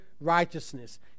righteousness